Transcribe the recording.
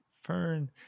Fern